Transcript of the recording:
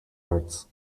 arts